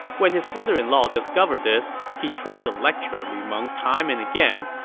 when his brother-in-law discovered this, he tried to lecture lu meng time and again,